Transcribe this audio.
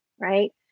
Right